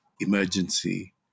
emergency